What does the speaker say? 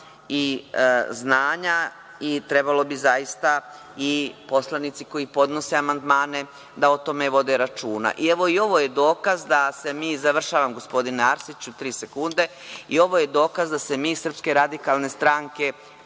i znanja i trebalo bi zaista i poslanici koji podnose amandmane da o tome vode računa.I ovo je dokaz da se mi, završavam gospodine Arsiću, tri sekunde, i ovo je dokaz da se mi iz SRS potpuno